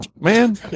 man